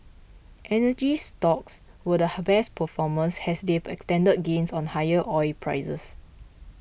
energy stocks were the best performers as they extended gains on higher oil prices